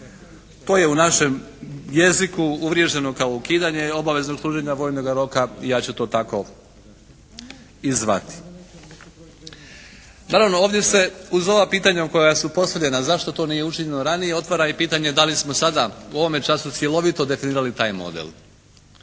To je u našem jeziku uvriježeno kao ukidanje obaveznog služenja vojnoga roka i ja ću to tako i zvati. Naravno ovdje se uz ova pitanja koja su postavljena zašto to nije učinjeno ranije otvara i pitanje da li smo sada u ovome času cjelovito definirali taj model?